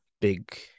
big